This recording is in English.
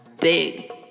big